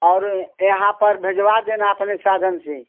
और यहाँ पर भिजवा देना अपने साधन से